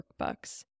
workbooks